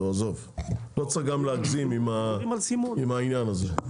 לא צריך גם להגזים עם העניין הזה.